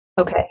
Okay